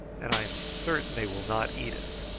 and i am certain they will not eat us.